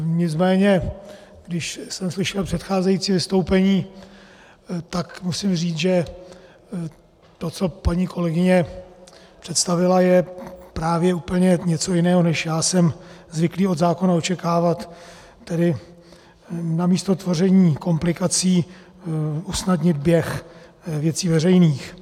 Nicméně když jsem slyšel předcházející vystoupení, musím říct, že to, co paní kolegyně představila, je právě něco úplně jiného, než já jsem zvyklý od zákona očekávat, tedy namísto tvoření komplikací usnadnit běh věcí veřejných.